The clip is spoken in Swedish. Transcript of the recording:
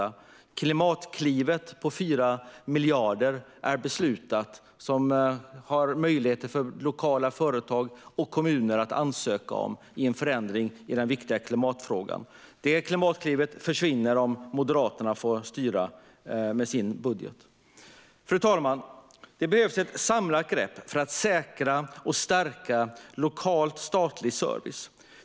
Vi har beslutat om Klimatklivet med 4 miljarder som det finns möjlighet för lokala företag och kommuner att ansöka om för en förändring i den viktiga klimatfrågan. Klimatklivet försvinner dock om Moderaterna får styra med sin budget. Fru talman! Det behövs ett samlat grepp för att säkra och stärka lokal statlig service.